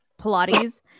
pilates